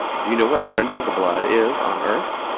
do you know what a prince of the blood is, on earth?